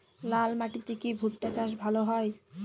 লাল মাটিতে কি ভুট্টা চাষ ভালো হয়?